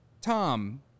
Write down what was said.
Tom